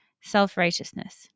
self-righteousness